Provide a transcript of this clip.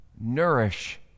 nourish